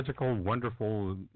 Wonderful